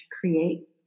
create